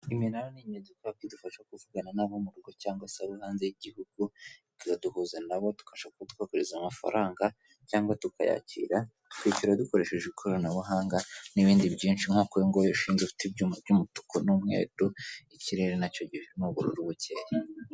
Imina nigenzi kudufasha kuvugana n'abo mu rugo cyangwa se abo hanze y'igihugu ikaduhuza nabo tukasha kutwohereza amafaranga cyangwa tukayakira twishyura dukoresheje ikoranabuhanga n'ibindi byinshi nkuko uyu nguyu ushinze ufite ibyuma by'umutuku n'umweru ikirere nacyo gihe ni ubururu bukeye.